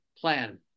plan